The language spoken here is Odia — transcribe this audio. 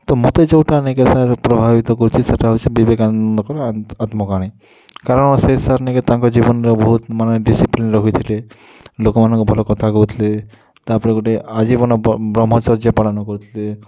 ତ ମତେ ଯୋଉଟା ନାଇ କାଏଁ ସାର୍ ପ୍ରଭାବିତ କରିଛି ସେଟା ହେଉଛି ବିବେକାନନ୍ଦଙ୍କର ଆତ୍ମକାହାଣୀ କାରଣ ସେ ନି କାଏଁ ତାଙ୍କ ଜୀବନ୍ ର ବହୁତ୍ ମାନେ ଡିସିପ୍ଲିନ୍ ରଖିଥିଲେ ଲୋକମାନଙ୍କ ଭଲ କଥା କହୁଥିଲେ ତା'ର୍ପରେ ଗୁଟେ ଆଜୀବନ ବ୍ରହ୍ମଚର୍ଯ୍ୟ ପାଳନ କରୁଥିଲେ